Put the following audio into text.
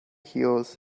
heels